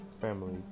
family